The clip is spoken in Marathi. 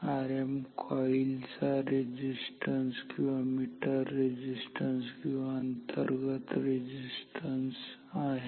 Rm कॉईल रेझिस्टन्स किंवा मीटर रेझिस्टन्स किंवा अंतर्गत रेझिस्टन्स आहे